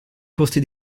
costi